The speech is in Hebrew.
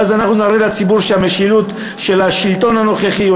ואז אנחנו נראה לציבור שהמשילות של השלטון הנוכחי או